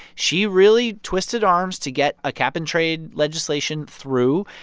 she really twisted arms to get a cap-and-trade legislation through.